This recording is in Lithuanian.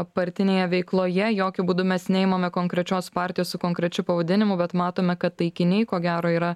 partinėje veikloje jokiu būdu mes neimame konkrečios partijos su konkrečiu pavadinimu bet matome kad taikiniai ko gero yra